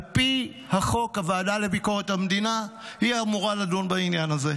על פי החוק הוועדה לביקורת המדינה אמורה לדון בעניין הזה,